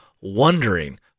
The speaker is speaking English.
wondering